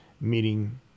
meeting